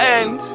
end